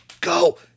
go